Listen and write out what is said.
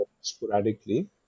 sporadically